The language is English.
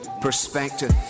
perspective